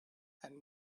and